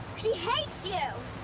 she hates you!